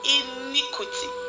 iniquity